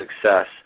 success